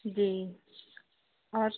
जी और